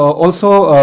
also,